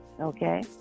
Okay